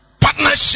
partnership